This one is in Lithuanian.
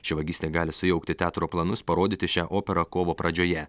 ši vagystė gali sujaukti teatro planus parodyti šią operą kovo pradžioje